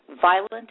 violent